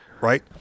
Right